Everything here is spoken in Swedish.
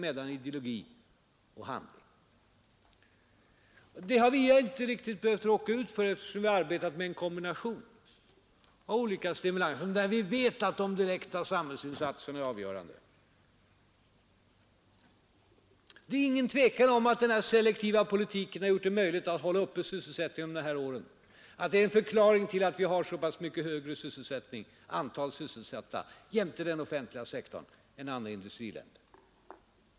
Detta har vi inte behövt råka ut för, eftersom vi har arbetat med en kombination av olika stimulanser, där vi vet att de direkta samhällsinsatserna är avgörande. Det är inget tvivel om att den selektiva politiken gjort det möjligt att under de här åren hålla sysselsättningen uppe och att den är en förklaring till att vi har så pass mycket större andel sysselsatta — jämte utbyggnaden av den offentliga sektorn — än andra industriländer.